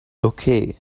okay